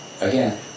again